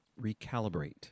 Recalibrate